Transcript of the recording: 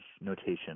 notation